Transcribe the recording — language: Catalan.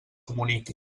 comuniqui